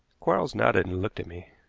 quarles nodded and looked at me.